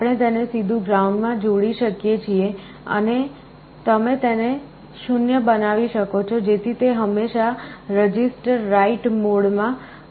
આપણે તેને સીધું ગ્રાઉન્ડ માં જોડી શકીએ છીએ તમે તેને 0 બનાવી શકો છો જેથી તે હંમેશા register write મોડ માં હોય